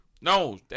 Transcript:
No